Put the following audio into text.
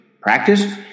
practice